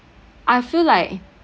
I feel like